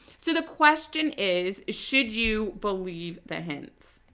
so the question is, should you believe the hints?